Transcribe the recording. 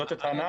זו הטענה?